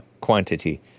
quantity